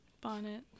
Bonnet